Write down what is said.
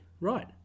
Right